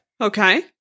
Okay